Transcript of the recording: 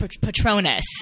Patronus